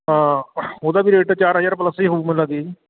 ਉਹਦਾ ਵੀ ਰੇਟ ਚਾਰ ਹਜ਼ਾਰ ਪਲਸ ਹੀ ਹੋਊ ਮੈਨੂੰ ਲੱਗਦੀ